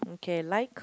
okay like